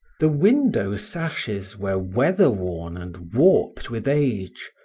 the window-sashes were weather-worn and warped with age,